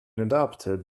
adopted